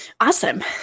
Awesome